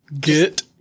get